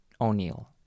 O'Neill